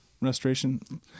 restoration